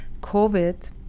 COVID